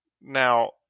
Now